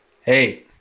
hey